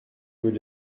veut